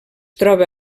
troba